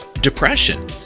depression